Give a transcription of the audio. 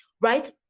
right